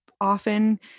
often